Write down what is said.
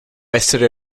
essere